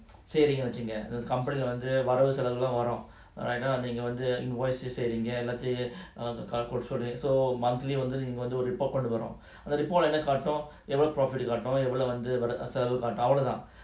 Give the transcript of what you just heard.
சரினுவச்சிக்கஒரு:sarinu vachikka oru company வந்துவரவுசெலவுளாம்வரும்:vandhu varavu selavulam varum invoice எல்லாத்தையும்:ellathayum so so monthly வந்து:vandhu report கொண்டுபோனும்அந்த:kondu ponum andha report என்னகாட்டும்எவ்வளவு:enna kaatum evalavu profit அவ்ளோதான்:avlodhan